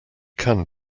can